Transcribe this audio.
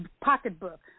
pocketbook